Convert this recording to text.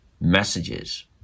messages